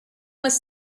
was